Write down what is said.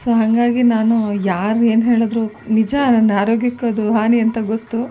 so ಹಾಗಾಗಿ ನಾನು ಯಾರು ಏನು ಹೇಳಿದ್ರು ನಿಜ ನನ್ನ ಆರೋಗ್ಯಕ್ಕೆ ಅದು ಹಾನಿ ಅಂತ ಗೊತ್ತು